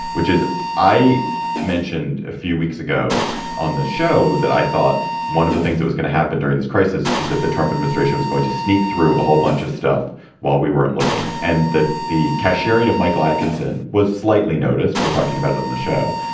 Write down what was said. which is i mentioned a few weeks ago on the show that i thought one of the things that was going to happen during this crisis is that the trump administration was going to sneak through a whole bunch of stuff while we weren't looking. and that the cashiering of michael atkinson was slightly noticed. we're talking about it on the show.